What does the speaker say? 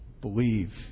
Believe